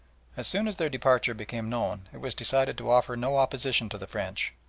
as soon as their departure became known it was decided to offer no opposition to the french,